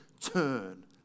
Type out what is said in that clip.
turn